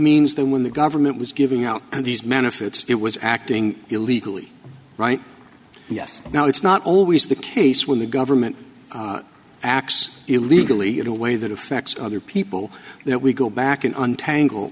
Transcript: means that when the government was giving out these men if it it was acting illegally right yes now it's not always the case when the government acts illegally in a way that affects other people that we go back and untangle